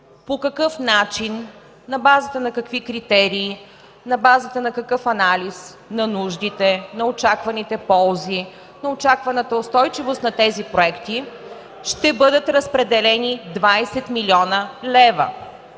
по какъв начин, на базата на какви критерии, на базата на какъв анализ, на нуждите, на очакваните ползи, на очакваната устойчивост на тези проекти, ще бъдат разпределени 20 млн. лв.